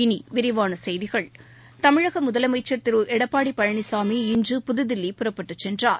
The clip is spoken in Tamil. இனிவிரிவானசெய்திகள் தமிழகமுதலமைச்சர் திருஎடப்பாடிபழனிசாமி இன்று புதுதில்லி புறப்பட்டுச் சென்றார்